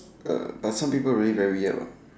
eh but some people really very weird what